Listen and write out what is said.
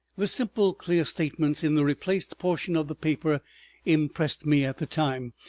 the simple clear statements in the replaced portion of the paper impressed me at the time,